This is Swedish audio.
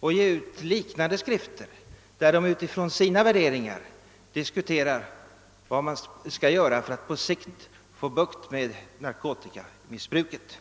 och ge ut liknande skrifter, där de utifrån sina värderingar diskuterar vad man skall göra för att på sikt få bukt med narkotikamissbruket.